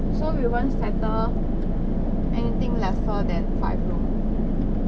so you won't settle anything lesser than five room